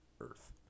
Earth